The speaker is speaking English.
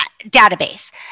database